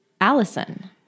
Allison